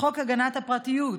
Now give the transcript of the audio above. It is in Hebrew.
חוק הגנת הפרטיות,